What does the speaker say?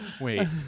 Wait